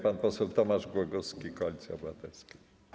Pan poseł Tomasz Głogowski, Koalicja Obywatelska.